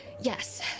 Yes